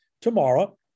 tomorrow